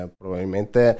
probabilmente